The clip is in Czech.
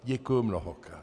Děkuji mnohokrát.